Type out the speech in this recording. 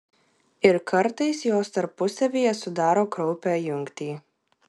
ir kartais jos tarpusavyje sudaro kraupią jungtį